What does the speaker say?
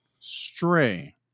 stray